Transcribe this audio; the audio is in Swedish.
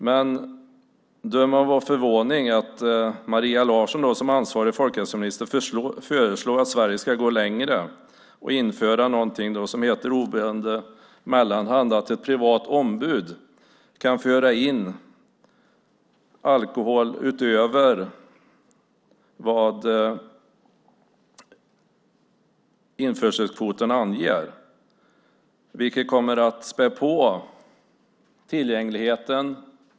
Men döm om vår förvåning när Maria Larsson som ansvarig folkhälsominister föreslår att Sverige ska gå längre och införa någonting som heter oberoende mellanhand, ett privat ombud som kan föra in alkohol utöver vad införselkvoterna anger. Det kommer att öka tillgängligheten.